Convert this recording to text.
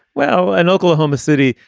well, in oklahoma city,